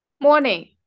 Morning